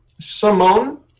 Simone